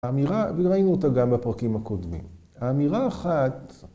‫ראינו אותה גם בפרקים הקודמים. ‫האמירה אחת...